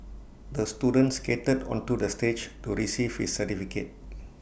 the student skated onto the stage to receive his certificate